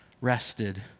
rested